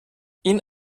این